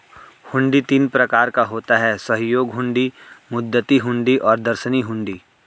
हुंडी तीन प्रकार का होता है सहयोग हुंडी, मुद्दती हुंडी और दर्शनी हुंडी